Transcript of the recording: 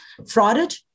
frauded